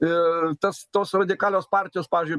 ir tas tos radikalios partijos pavyzdžiui